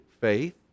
faith